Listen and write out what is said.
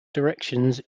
directions